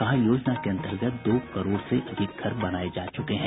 कहा योजना के अंतर्गत दो करोड़ से अधिक घर बनाए जा च्रके हैं